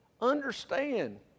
understand